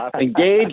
engage